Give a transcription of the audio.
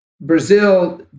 Brazil